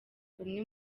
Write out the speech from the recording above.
umwe